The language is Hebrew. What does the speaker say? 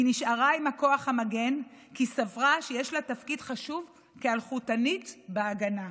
היא נשארה עם הכוח המגן כי סברה שיש לה תפקיד חשוב כאלחוטנית בהגנה.